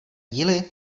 díly